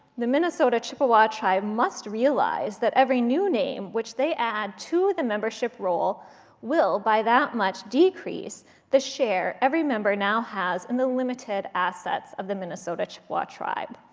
the minnesota chippewa tribe must realize that every new name which they add to the membership role will by that much decrease the share every member now has in the limited assets of the minnesota chippewa tribe.